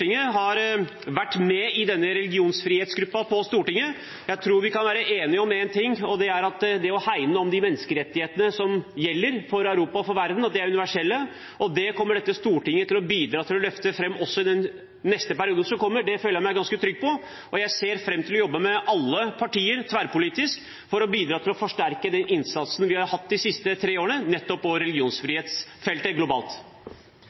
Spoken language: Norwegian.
Jeg tror vi kan være enige om én ting, og det er at vi må hegne om de menneskerettighetene som gjelder for Europa og for verden, at de er universelle. Det kommer dette Stortinget til å bidra til å løfte fram også i den perioden som kommer, det føler jeg meg ganske trygg på, og jeg ser fram til å jobbe med alle partier tverrpolitisk for å bidra til å forsterke den innsatsen vi har hatt de siste tre årene, nettopp på religionsfrihetsfeltet globalt.